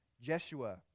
Jeshua